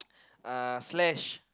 uh Slash